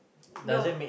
no